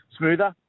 smoother